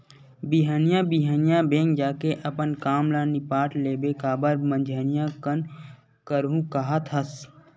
बिहनिया बिहनिया बेंक जाके अपन काम ल निपाट लेबे काबर मंझनिया कन करहूँ काहत हस